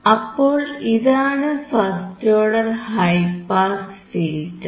അപ്പോൾ ഇതാണ് first order high pass filter